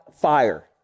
fire